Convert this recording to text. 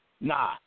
Nah